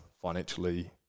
financially